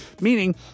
meaning